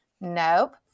Nope